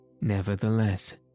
Nevertheless